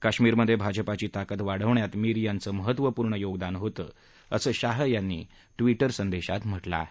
कश्मीरमधे भाजपाची ताकद वाढवण्यात मीर यांचं महत्त्वपूर्ण योगदान होतं असं शाह यांनी ट्विटर संदेशात म्हटलं आहे